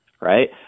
right